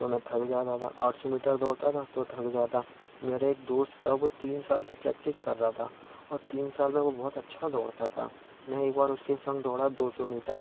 तो मैं थक जाता था आठ सौ मीटर दौड़ता था तो थक जाता मेरे एक दोस्त था वो तीन साल से प्रैक्टिस कर रहा था और तीन साल में वो बहुत अच्छा दौड़ता था मैं एक बार उसके संग दौड़ा दो सौ मीटर